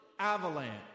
avalanche